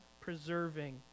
preserving